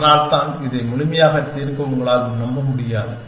அதனால்தான் இதை முழுமையாக தீர்க்க உங்களால் நம்ப முடியாது